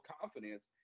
confidence